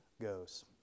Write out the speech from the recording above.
goes